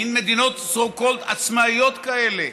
מין מדינות so called עצמאיות כאלה,